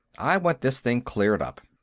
i want this thing cleared up.